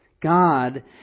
God